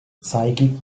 psychic